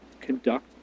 conduct